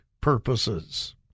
purposes